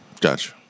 Gotcha